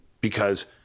because-